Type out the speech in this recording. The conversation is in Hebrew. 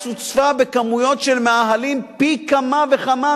הוצפה בכמויות של מאהלים פי כמה וכמה,